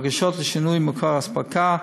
בקשות לשינויי מקור אספקה,